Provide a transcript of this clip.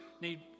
need